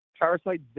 parasite